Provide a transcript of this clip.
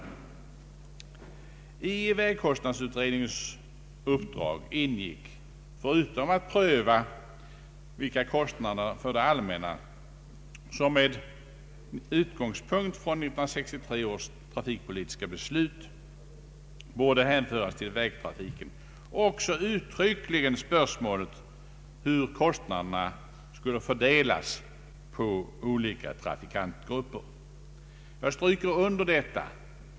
I vägkostnadsutredningens uppdrag ingick, förutom att pröva vilka kostnader för det allmänna som med utgångspunkt i 1963 års trafikpolitiska beslut borde hänföras till vägtrafiken, också uttryckligen spörsmålet hur kostnaderna skulle fördelas på olika trafikantgrupper. Jag stryker under detta.